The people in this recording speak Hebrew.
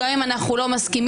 גם אם אנחנו לא מסכימים.